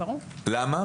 למה?